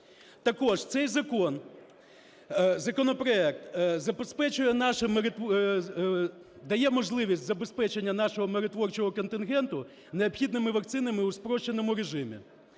забезпечує наше… дає можливість забезпечення нашого миротворчого контингенту необхідними вакцинами у спрощеному режимі.